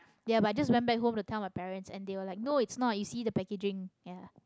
ya but i just went back home to tell my parents and they were like no it's not you see the packaging ya